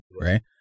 right